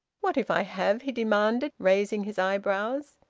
what if i have? he demanded, raising his eyebrows,